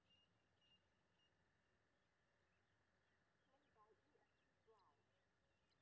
अगर हम एक लाख पचास हजार से कम प्रति साल कमाय छियै त क्रेडिट कार्ड के लिये आवेदन कर सकलियै की?